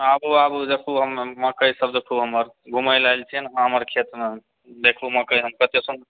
आबू आबू देखु हमर मकैसभ देखु हमर घुमयलऽ आयल छियै न अहाँ हमर खेतमे देखु मकै हम कतय